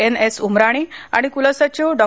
N S Umrani आणि कुलसचिव डॉ